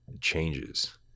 changes